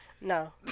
No